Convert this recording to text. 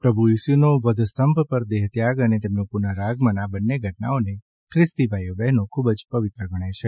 પ્રભુ ઇસુનો વધસ્તંભ પર દેહત્યાગ અને તેમનું પુનરાગમન આ બંને ઘટનાને ખ્રિસ્તી ભાઈ બહેનો ખૂબ પવિત્ર ગણે છે